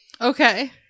Okay